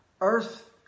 Earth